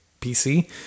PC